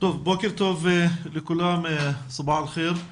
בוקר טוב לכולם, סבאח אל ח'יר,